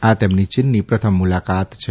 આ તેમની ચીનની પ્રથમ મુલાકાત છે